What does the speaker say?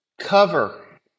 cover